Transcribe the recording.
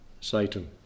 Satan